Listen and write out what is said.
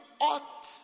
ought